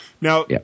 Now